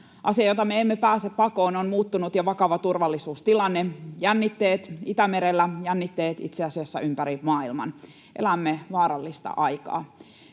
asia, jota me emme pääse pakoon, on muuttunut ja vakava turvallisuustilanne, jännitteet Itämerellä, jännitteet itse asiassa ympäri maailman. Elämme vaarallista aikaa.